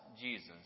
jesus